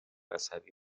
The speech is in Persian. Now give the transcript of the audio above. عصبی